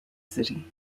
city